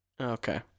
Okay